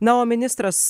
na o ministras